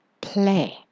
play